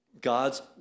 God's